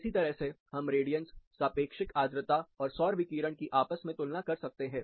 इसी तरह से हम रेडियंस सापेक्षिक आद्रता और सौर विकिरण की आपस में तुलना कर सकते हैं